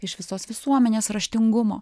iš visos visuomenės raštingumo